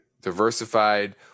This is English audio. diversified